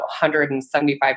175